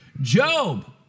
Job